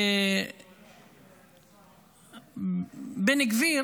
בן גביר